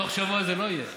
תוך שבוע זה לא יהיה.